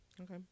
Okay